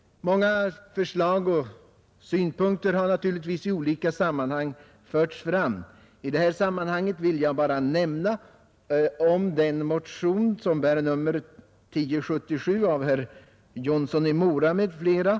Många förslag och synpunkter har naturligtvis förts fram. I detta sammanhang vill jag bara nämna motionen 1077 av herr Jonsson i Mora m.fl.